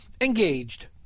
engaged